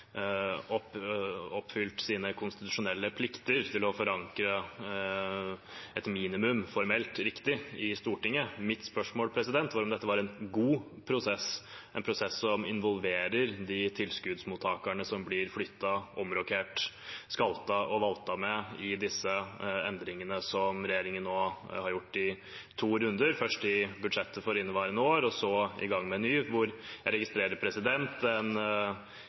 oppfylt sine konstitusjonelle plikter til å forankre et minimum formelt riktig i Stortinget. Mitt spørsmål var om dette var en god prosess, en prosess som involverer de tilskuddsmottakerne som blir flyttet, omrokert, skaltet og valtet med i disse endringene som regjeringen nå har gjort i to runder, først i budsjettet for inneværende år, og så er man i gang med en ny runde. Jeg registrerer en